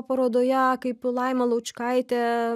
parodoje kaip laima laučkaitė